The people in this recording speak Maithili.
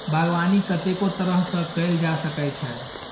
बागबानी कतेको तरह सँ कएल जा सकै छै